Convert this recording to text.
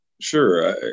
Sure